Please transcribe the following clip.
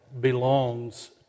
belongs